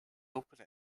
open